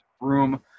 room